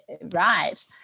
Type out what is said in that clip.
right